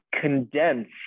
condense